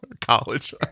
college